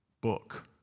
book